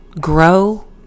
Grow